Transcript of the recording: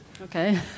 Okay